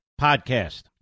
Podcast